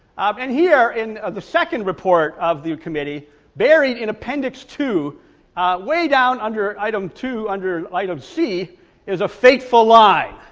ah been here in the second report of the committee buried in appendix two way down under item two under item c is a fateful line,